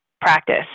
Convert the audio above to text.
practice